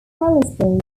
salisbury